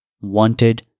wanted